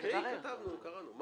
תקראי, כתבנו, קראנו.